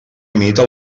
imita